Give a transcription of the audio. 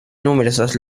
numerosos